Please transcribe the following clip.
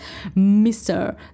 Mr